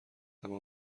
اما